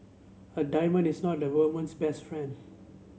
a diamond is not a woman's best friend